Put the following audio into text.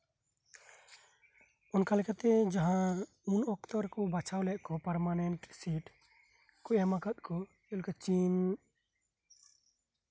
ᱚᱱᱠᱟ ᱞᱮᱠᱟᱛᱮ ᱡᱟᱦᱟᱸ ᱩᱱ ᱚᱠᱛᱚ ᱨᱮᱠᱚ ᱵᱟᱪᱷᱟᱣ ᱞᱮᱫ ᱠᱚ ᱡᱟᱦᱟᱸ ᱯᱟᱨᱢᱟᱱᱮᱱᱴ ᱥᱤᱴ ᱠᱚ ᱮᱢ ᱟᱠᱟᱫ ᱠᱚ ᱡᱮᱞᱮᱠᱟ ᱪᱤᱱ